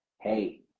hey